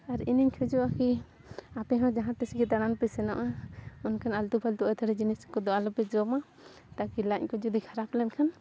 ᱟᱨ ᱤᱧᱤᱧ ᱠᱷᱚᱡᱚᱜᱼᱟ ᱠᱤ ᱟᱯᱮᱦᱚᱸ ᱡᱟᱦᱟᱸ ᱛᱤᱸᱥᱜᱮ ᱫᱟᱬᱟᱱ ᱯᱮ ᱥᱮᱱᱚᱜᱼᱟ ᱚᱱᱠᱟᱱ ᱟᱹᱞᱛᱩ ᱯᱷᱟᱹᱞᱛᱩ ᱟᱹᱛᱷᱟᱲᱤ ᱡᱤᱱᱤᱥ ᱠᱚᱫᱚ ᱟᱞᱚᱯᱮ ᱡᱚᱢᱟ ᱛᱟᱠᱤ ᱞᱟᱡ ᱠᱚ ᱡᱩᱫᱤ ᱠᱷᱟᱨᱟᱯ ᱞᱮᱱᱠᱷᱟᱱ